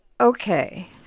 okay